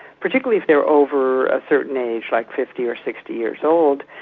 particularly if they are over a certain age like fifty or sixty years old,